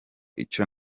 icyo